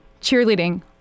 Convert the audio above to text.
cheerleading